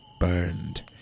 burned